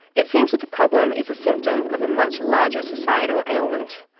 it seems that the problem is a symptom of a much larger societal ailment,